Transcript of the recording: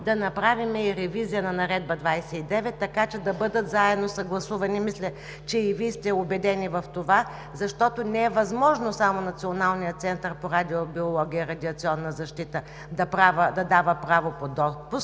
да направим и ревизия на Наредба № 29, така че да бъдат заедно съгласувани. Мисля, че и Вие сте убедени в това, защото не е възможно само Националният център по радиобиология и радиационна защита да дава право по допуск,